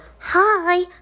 hi